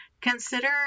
Consider